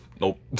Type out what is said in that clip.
Nope